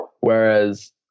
Whereas